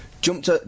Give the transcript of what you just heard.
jumped